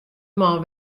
man